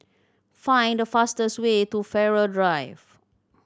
find the fastest way to Farrer Drive